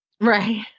Right